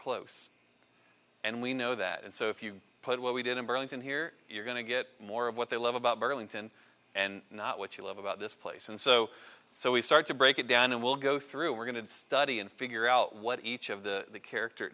close and we know that and so if you put what we did in burlington here you're going to get more of what they love about burlington and not what you love about this place and so so we start to break it down and we'll go through we're going to study and figure out what each of the character